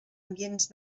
ambients